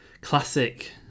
Classic